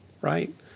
right